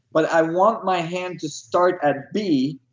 but i want my hand to start at b,